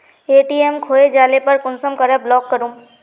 ATM खोये जाले पर कुंसम करे ब्लॉक करूम?